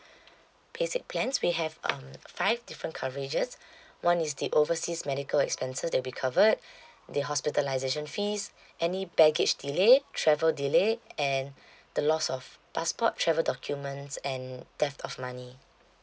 basic plans we have um five different coverages one is the overseas medical expenses that will be covered the hospitalisation fees any baggage delayed travel delay and the loss of passport travel documents and theft of money